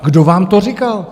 Kdo vám to říkal?